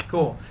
Cool